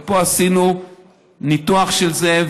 ופה עשינו ניתוח של זה,